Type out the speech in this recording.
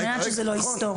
על מנת שזה לא יסתור.